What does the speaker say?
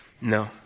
No